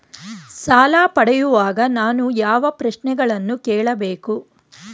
ಸಾಲ ಪಡೆಯುವಾಗ ನಾನು ಯಾವ ಪ್ರಶ್ನೆಗಳನ್ನು ಕೇಳಬೇಕು?